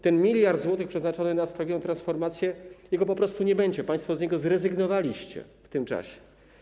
Ten 1 mld zł przeznaczony na sprawiedliwą transformację - jego po prostu nie będzie, państwo z niego zrezygnowaliście w tym czasie.